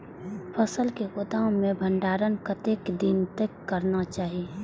फसल के गोदाम में भंडारण कतेक दिन तक करना चाही?